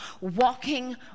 walking